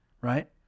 right